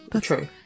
true